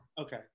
Okay